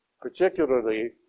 particularly